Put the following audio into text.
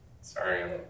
Sorry